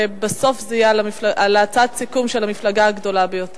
ובסוף זה יהיה על הצעת הסיכום של המפלגה הגדולה ביותר.